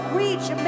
reach